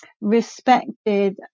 Respected